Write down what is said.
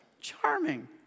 Charming